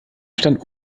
stand